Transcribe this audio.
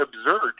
absurd